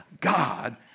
God